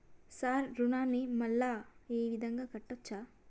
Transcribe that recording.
Sir రుణాన్ని మళ్ళా ఈ విధంగా కట్టచ్చా?